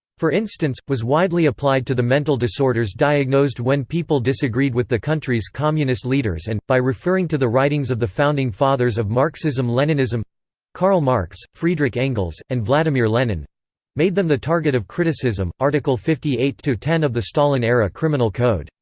for instance, was widely applied to the mental disorders diagnosed when people disagreed with the country's communist leaders and, by referring to the writings of the founding fathers of marxism-leninism karl marx, friedrich engels, and vladimir lenin made them the target of criticism article fifty eight ten of the stalin-era criminal code,